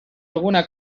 alguna